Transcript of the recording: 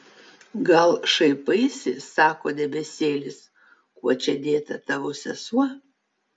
gal šaipaisi sako debesėlis kuo čia dėta tavo sesuo